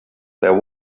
there